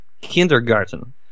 kindergarten